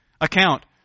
account